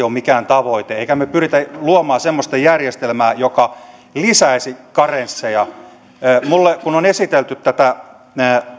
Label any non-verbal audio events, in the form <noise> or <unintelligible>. <unintelligible> ole mikään tavoite emmekä me pyri luomaan semmoista järjestelmää joka lisäisi karensseja kun minulle on esitelty tätä